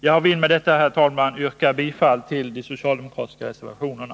Jag vill med detta, herr talman, yrka bifall till de socialdemokratiska reservationerna.